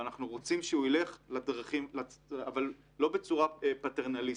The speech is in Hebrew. אבל לא בצורה פטרנליסטית.